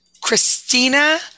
Christina